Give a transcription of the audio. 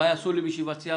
מה יעשו לי בישיבת סיעה,